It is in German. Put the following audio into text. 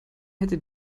hätte